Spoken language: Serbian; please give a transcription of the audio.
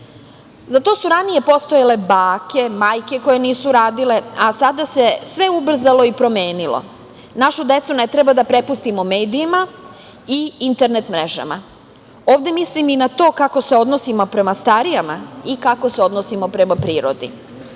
Za to su ranije postojale bake, majke koje nisu radile, a sada se sve ubrzalo i promenilo. Našu decu ne treba da prepustimo medijima i internet mrežama. Ovde mislim i na to kako se odnosimo prema starijima i kako se odnosimo prema prirodi.